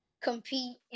compete